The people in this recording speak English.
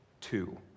two